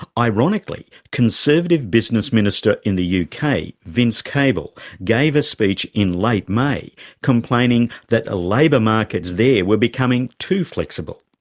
ironically, conservative business minister in the uk, kind of vince cable, gave a speech in late may complaining that labour markets there were becoming too flexible,